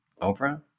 Oprah